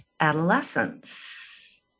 adolescence